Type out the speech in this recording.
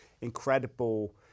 incredible